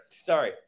Sorry